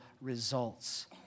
results